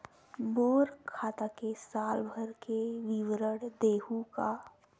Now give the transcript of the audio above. मोर खाता के साल भर के विवरण देहू का?